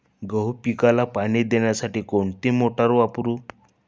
गहू पिकाला पाणी देण्यासाठी कोणती मोटार वापरू?